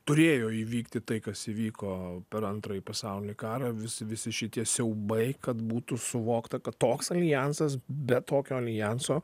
turėjo įvykti tai kas įvyko per antrąjį pasaulinį karą vis visi šitie siaubai kad būtų suvokta kad toks aljansas be tokio aljanso